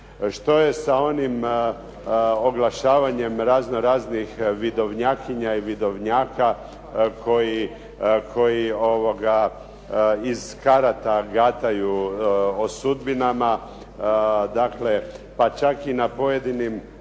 Što je sa onim oglašavanjem razno raznih vidovnjakinja i vidovnjaka koji iz karata gataju o sudbinama, dakle pa čak i na pojedinim